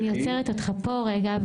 אני עוצרת אותך פה רגע,